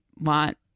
want